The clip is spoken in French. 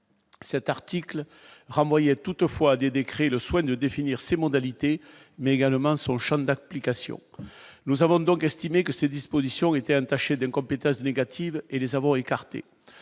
cet article y toutefois des décrets le soin de définir ses modalités, mais également son Champ d'application, nous avons donc estimé que ces dispositions étaient entachées d'incompétence négative et les avons écarté,